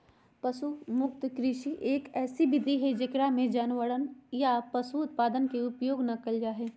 पशु मुक्त कृषि, एक ऐसी विधि हई जेकरा में जानवरवन या पशु उत्पादन के उपयोग ना कइल जाहई